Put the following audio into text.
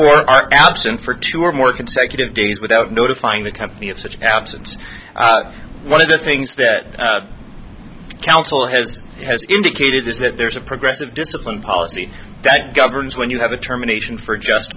or are absent for two or more consecutive days without notifying the company of such absent one of the things that council has as indicated is that there's a progressive discipline policy that governs when you have a terminations for a just